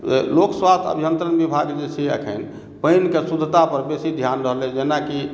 लोक स्वास्थ्य अभियंत्रण विभाग जे छै अखन पानि के शुद्धता पर बेसी ध्यान रहलै जेनाकि